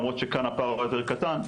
למרות שכאן הפער יותר קטן.